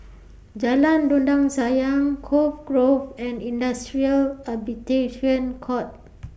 Jalan Dondang Sayang Cove Grove and Industrial Arbitration Court